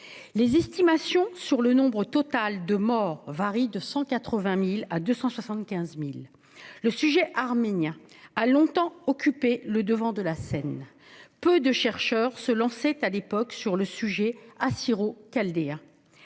Les estimations sur le nombre total de morts varient entre 180 000 et 275 000. La question arménienne a longtemps occupé le devant de la scène ; peu de chercheurs se lançaient à l'époque sur le sujet. assyro-chaldéen.